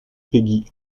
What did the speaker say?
peggy